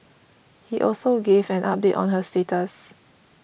he also gave an update on her status